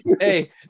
Hey